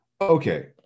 Okay